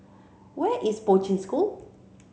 where is Poi Ching School